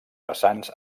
vessants